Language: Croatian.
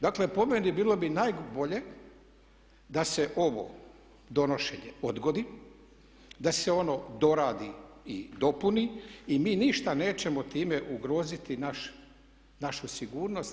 Dakle, po meni bilo bi najbolje da se ovo donošenje odgodi, da se ono doradi i dopuni i mi ništa nećemo time ugroziti našu sigurnost.